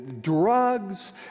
drugs